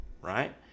right